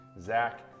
Zach